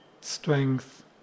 strength